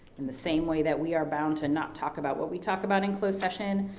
in the same way that we are bound to not talk about what we talk about in closed session,